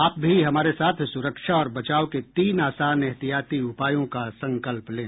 आप भी हमारे साथ सुरक्षा और बचाव के तीन आसान एहतियाती उपायों का संकल्प लें